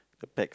the bags